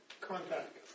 contact